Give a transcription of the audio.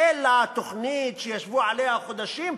אלא זו תוכנית שישבו עליה חודשים.